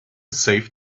save